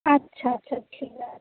আচ্ছা আচ্ছা ঠিক আছে